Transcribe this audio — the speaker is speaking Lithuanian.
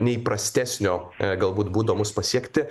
neįprastesnio galbūt būdo mus pasiekti